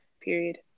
Period